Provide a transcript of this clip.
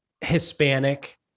Hispanic